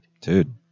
Dude